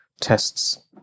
tests